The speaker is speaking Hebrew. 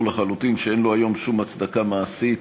לחלוטין שאין לו היום שום הצדקה מעשית,